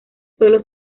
solo